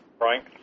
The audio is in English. Frank